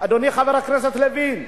אדוני חבר הכנסת לוין?